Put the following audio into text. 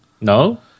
No